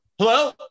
hello